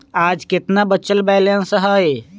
आज केतना बचल बैलेंस हई?